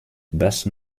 best